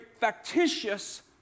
factitious